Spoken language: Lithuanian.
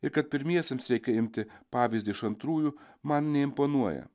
ir kad pirmiesiems reikia imti pavyzdį iš antrųjų man neimponuoja